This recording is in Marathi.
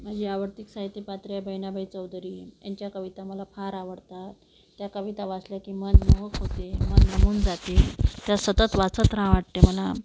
माझी आवडती साहित्य पात्र आहे बहिणाबाई चौधरी यांच्या कविता मला फार आवडतात त्या कविता वाचल्या की मन मोहक होते मन रमून जाते त्या सतत वाचत रहाव्या वाटते मला